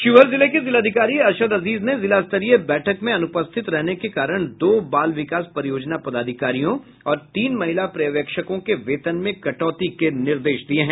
शिवहर जिले के जिलाधिकारी अरशद अजीज ने जिला स्तरीय बैठक में अनुपस्थित रहने के कारण दो बाल विकास परियोजना पदाधिकारियों और तीन महिला पर्यवेक्षकों के वेतन में कटौती के निर्देश दिये हैं